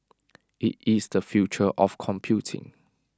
IT is the future of computing